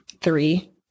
three